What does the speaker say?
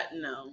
no